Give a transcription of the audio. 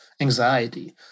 anxiety